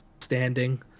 standing